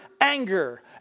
anger